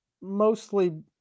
mostly